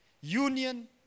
Union